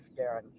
Darren